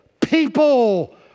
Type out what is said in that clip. people